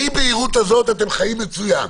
באי הבהירות הזאת אתם חיים מצוין,